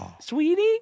Sweetie